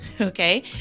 okay